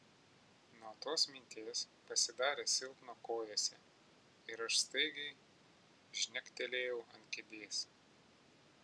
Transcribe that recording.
nuo tos minties pasidarė silpna kojose ir aš staigiai žnektelėjau ant kėdės